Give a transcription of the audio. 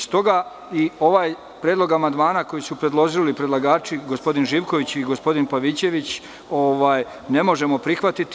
S toga i ovaj predlog amandmana koji su predložili predlagači, gospodin Živković i gospodin Pavićević ne možemo prihvatiti.